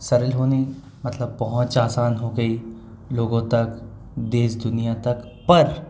सरल होनी मतलब पहुँच आसान हो गई लोगों तक देश दुनिया तक पर